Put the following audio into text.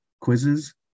quizzes